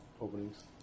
openings